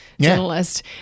journalist